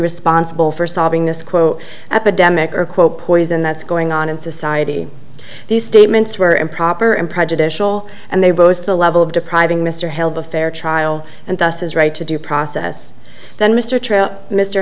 responsible for solving this quote epidemic or quote poison that's going on in society these statements were improper and prejudicial and they rose to the level of depriving mr hell of a fair trial and thus his right to due process than mr